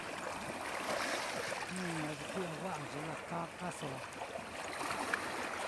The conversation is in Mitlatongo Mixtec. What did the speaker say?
jnu naá ye kui'ya wa'a ye lakaso.